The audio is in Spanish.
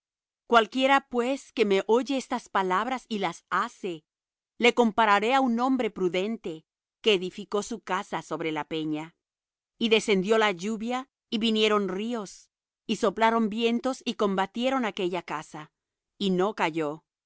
cualquiera pues que me oye estas palabras y las hace le compararé á un hombre prudente que edificó su casa sobre la peña y descendió lluvia y vinieron ríos y soplaron vientos y combatieron aquella casa y no cayó